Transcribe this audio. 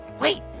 wait